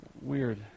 weird